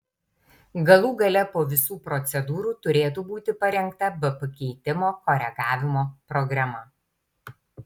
galų gale po visų procedūrų turėtų būti parengta bp keitimo koregavimo programa